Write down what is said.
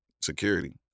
security